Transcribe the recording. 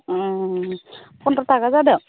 फन्द्र' थाखा जादों